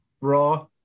raw